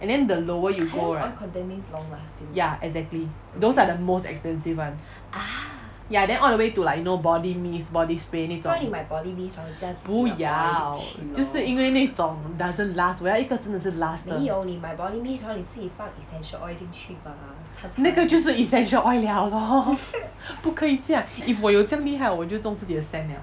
and then the lower you go right ya exactly those are the most expensive one ya then all the way to like you know body mist body spray 那种不要就是因为那种:na bu yao jiu shi yin wei na doesn't last 我要一个真的是 last 的那个就是 essential oil liao lor 不可以这样 if 我有这样厉害我就种自己的: wo you zhe yang li hai wo jiu zhong zi ji de scent liao